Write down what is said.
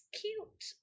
cute